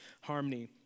harmony